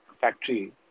factory